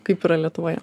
kaip yra lietuvoje